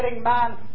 man